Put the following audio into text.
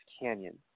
Canyon